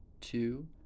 two